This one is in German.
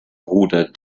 bruder